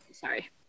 sorry